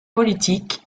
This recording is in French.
politique